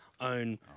own